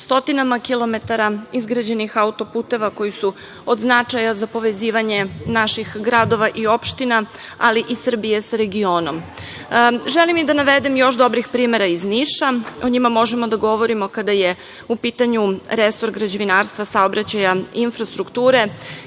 stotinama kilometara izgrađenih auto-puteva koji su od značaja za povezivanje naših gradova i opština, ali i Srbije sa regionom. Želim i da navedem još dobrih primera iz Niša. O njima možemo da govorimo kada je u pitanju resor građevinarstva, saobraćaja, infrastrukture. Jedan